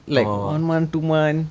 oh